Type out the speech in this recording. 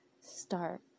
start